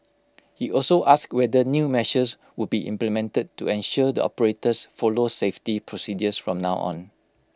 he also asked whether new measures would be implemented to ensure the operators follow safety procedures from now on